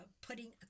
putting